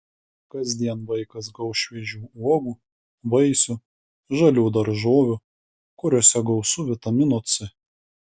kasdien vaikas gaus šviežių uogų vaisių žalių daržovių kuriose gausu vitamino c